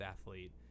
athlete